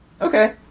Okay